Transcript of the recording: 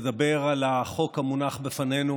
לדבר על החוק המונח לפנינו?